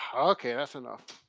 okay, that's enough.